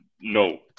no